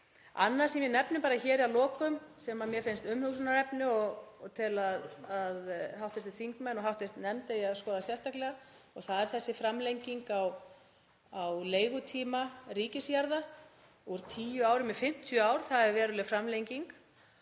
Annað sem ég nefni hér að lokum sem mér finnst umhugsunarefni og tel að hv. þingmenn og hv. nefnd eigi að skoða sérstaklega er þessi framlenging á leigutíma ríkisjarða úr tíu árum í 50 ár. Það er veruleg framlenging.